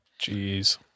Jeez